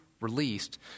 released